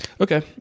okay